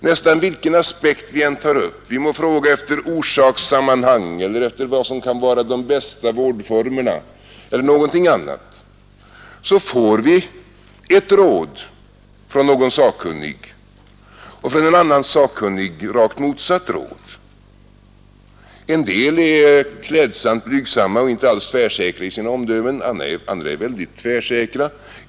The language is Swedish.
Nästan vilken aspekt vi än tar upp — vi må fråga efter orsakssammanhang eller efter vad som kan vara de bästa vårdformerna eller någonting annat — får vi ett råd från en sakkunnig och från en annan sakkunnig rakt motsatt råd. En del är klädsamt blygsamma och inte alls tvärsäkra i sina omdömen, andra är väldigt tvärsäkra.